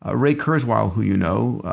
ah ray kurzweil, who you know,